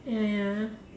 ya ya